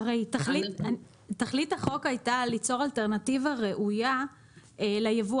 תכלית החוק הייתה ליצור אלטרנטיבה ראויה לייבוא